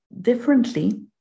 differently